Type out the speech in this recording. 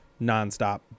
nonstop